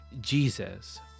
Jesus